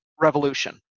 Revolution